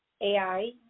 AI